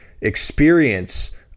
experience